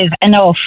enough